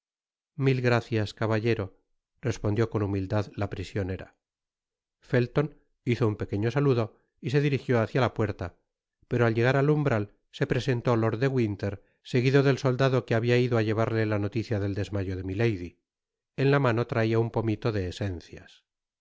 mil gracias caballero respondió con humildad la prisionera felton hizo un pequeño saludo y se dirigió bácia la puerta pero al llegar al umbral se presentó lord de winter seguido del soldado que habia ido á llevarle la noticia del desmayo de milady en la mano traia un pomito de esencias